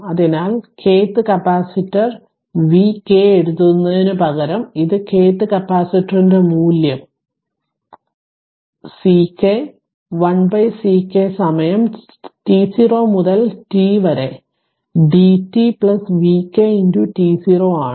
അതിനാൽ kth capacitor vk എഴുതുന്നതിനു പകരം ഇത് kth കപ്പാസിറ്ററിന്റെ മൂല്യം Ck 1 Ck സമയം t0 മുതൽ t വരെ dt vk t0 ആണ്